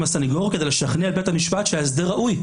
הסנגור כדי לשכנע את בית המשפט שההסדר ראוי,